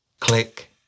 Click